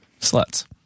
sluts